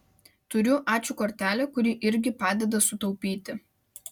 turiu ačiū kortelę kuri irgi padeda sutaupyti